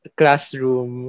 classroom